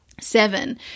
Seven